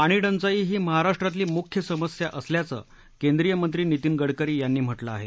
पाणीटंचाई ही महाराष्ट्रातली मुख्य समस्या असल्याचं केंद्रीय मंत्री नितीन गडकरी यांनी म्हटलं आहे